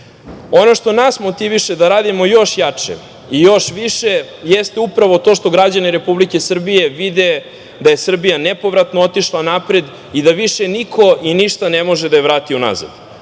što nas motiviše da radimo još jače i još više jeste upravo to što građani Republike Srbije vide da je Srbija nepovratno otišla napred i da više niko i ništa ne može da je vrati unazad.